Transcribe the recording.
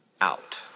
out